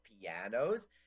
pianos